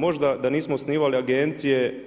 Možda da nismo osnivali agencije